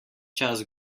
čas